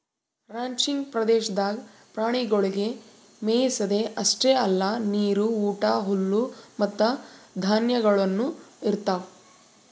ranching ಪ್ರದೇಶದಾಗ್ ಪ್ರಾಣಿಗೊಳಿಗ್ ಮೆಯಿಸದ್ ಅಷ್ಟೆ ಅಲ್ಲಾ ನೀರು, ಊಟ, ಹುಲ್ಲು ಮತ್ತ ಧಾನ್ಯಗೊಳನು ಇರ್ತಾವ್